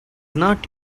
not